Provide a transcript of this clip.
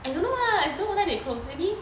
I don't know lah I don't know whether they close maybe